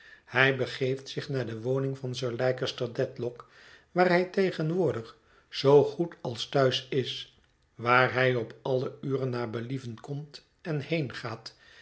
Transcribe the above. hij begeeft zich naar de woning van sir leicester dedlock waar hij tegenwoordig zoo goed als thuis is waar hij op alle uren naar believen komt en heengaat waar